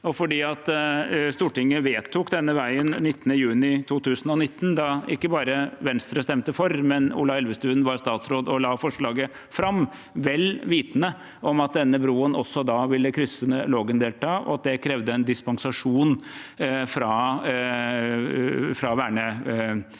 Stortinget vedtok denne veien 19. juni 2019, da Venstre ikke bare stemte for, men Ola Elvestuen var statsråd og la fram forslaget, vel vitende om at denne broen ville krysse Lågendeltaet, og at det krevde en dispensasjon fra verneforskriften